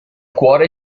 cuore